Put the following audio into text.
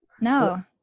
No